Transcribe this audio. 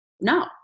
No